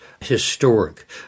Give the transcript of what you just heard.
historic